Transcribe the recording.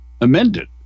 amended